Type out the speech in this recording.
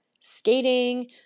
skating